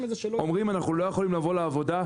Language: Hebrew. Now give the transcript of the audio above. אומרים "אנחנו לא יכולים לבוא לעבודה".